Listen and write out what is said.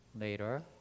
later